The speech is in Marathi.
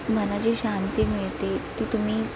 मनाची शांती मिळते ती तुम्ही